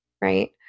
right